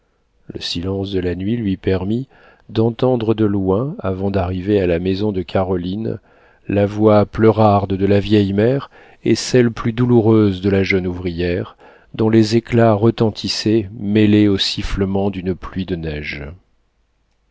le silence de la nuit lui permit d'entendre de loin avant d'arriver à la maison de caroline la voix pleurarde de la vieille mère et celle plus douloureuse de la jeune ouvrière dont les éclats retentissaient mêlés aux sifflements d'une pluie de neige